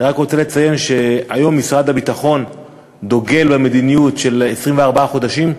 אני רק רוצה לציין שהיום משרד הביטחון דוגל במדיניות של 24 חודשים,